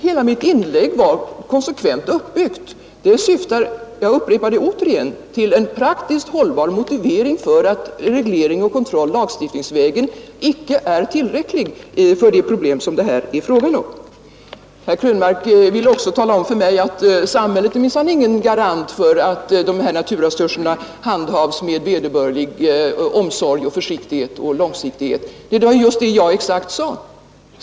Hela mitt inlägg var konsekvent uppbyggt, och det syftade — jag upprepar det återigen — till en praktiskt hållbar motivering för att en reglering och kontroll lagstiftningsvägen icke är tillräcklig för de problem som det här är fråga om. Herr Krönmark ville också tala om för mig att samhället minsann inte är någon garant för att dessa resurser handhas med vederbörlig omsorg, försiktighet och långsiktighet. Nej, det var just det som jag sade.